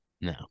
No